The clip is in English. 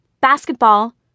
Basketball